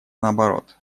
наоборот